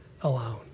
alone